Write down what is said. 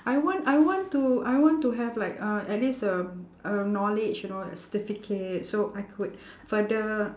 I want I want to I want to have like uh at least a a knowledge you know a certificate so I could further